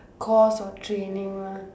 course or training lah